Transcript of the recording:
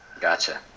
Gotcha